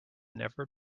never